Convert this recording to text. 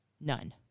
none